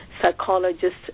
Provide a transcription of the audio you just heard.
Psychologists